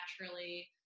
naturally